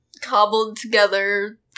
cobbled-together